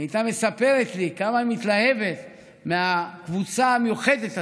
היא הייתה מספרת לי כמה היא מתלהבת מהקבוצה המיוחדת הזאת,